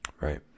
Right